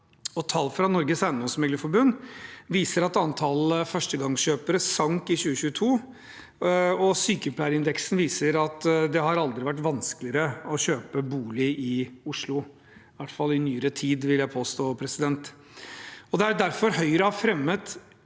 Tall fra Norges Eiendomsmeglerforbund viser at antall førstegangskjøpere sank i 2022, og sykepleierindeksen viser at det aldri har vært vanskeligere å kjøpe bolig i Oslo – i hvert fall ikke i nyere tid, vil jeg påstå. Det er derfor Høyre har fremmet